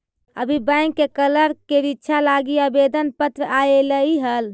अभी बैंक के क्लर्क के रीक्षा लागी आवेदन पत्र आएलई हल